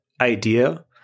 idea